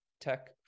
tech